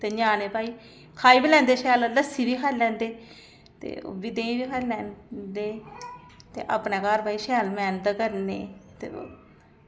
ते ञ्याणे भई खाई बी लैंदे शैल लस्सी बी खाई लैंदे ते ओह् बी देहीं बी खाई लैं देहीं ते अपने घर भई शैल मैह्नत करने ते